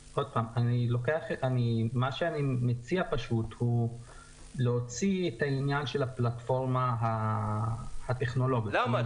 מה שאני מציע זה להוציא את העניין של הפלטפורמה הטכנולוגית --- למה?